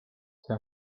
see